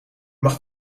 mag